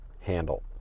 handle